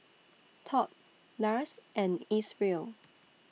Tod Lars and Isreal